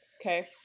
Okay